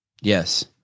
Yes